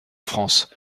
france